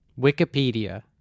Wikipedia